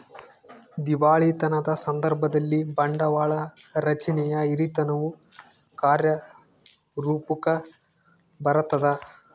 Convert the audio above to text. ದಿವಾಳಿತನದ ಸಂದರ್ಭದಲ್ಲಿ, ಬಂಡವಾಳ ರಚನೆಯ ಹಿರಿತನವು ಕಾರ್ಯರೂಪುಕ್ಕ ಬರತದ